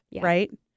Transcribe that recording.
right